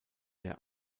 der